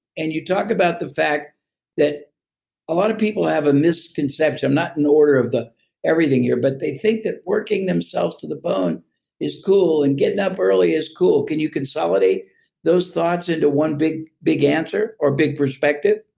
and you talk about the fact that a lot of people have a misconception. i'm not in order of everything here, but they think that working themselves to the bone is cool and getting up early is cool. can you consolidate those thoughts into one big big answer or big perspective?